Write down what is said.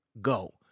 go